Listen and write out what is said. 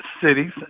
cities